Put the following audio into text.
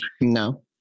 No